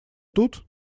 тут